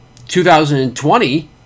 2020